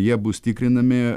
jie bus tikrinami